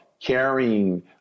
carrying